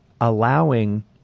allowing—